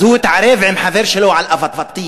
אז הוא התערב עם החבר שלו על אבטיח.